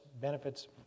benefits